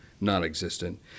non-existent